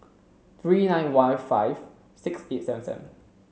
three nine one five six eight seven seven